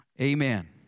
amen